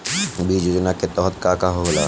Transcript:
बीज योजना के तहत का का होला?